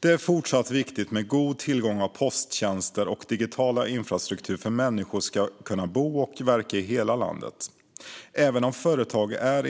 Det är fortsatt viktigt med en god tillgång till posttjänster och digital infrastruktur för att människor ska kunna bo och verka i hela landet. Även om företag är